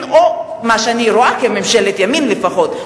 או מה שאני רואה כממשלת ימין לפחות.